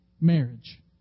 marriage